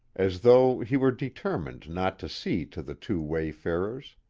as though he were determined not to see to the two wayfarers.